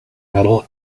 medal